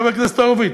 חבר הכנסת הורוביץ,